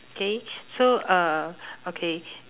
okay so uh okay